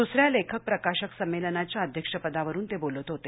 द्सऱ्या लेखक प्रकाशक संमेलनाच्या अध्यक्षपदावरून ते बोलत होते